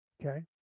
Okay